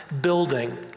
building